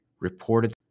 reported